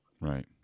Right